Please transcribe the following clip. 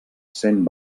sent